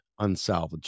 unsalvageable